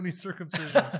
circumcision